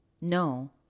No